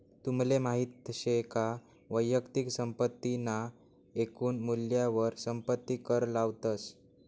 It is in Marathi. तुमले माहित शे का वैयक्तिक संपत्ती ना एकून मूल्यवर संपत्ती कर लावतस